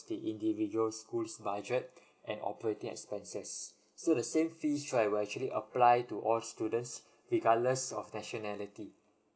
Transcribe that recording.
the individual school's budget and operating expenses so the same fees right were actually apply to all students regardless of nationality